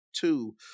two